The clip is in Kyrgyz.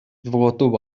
жоготуп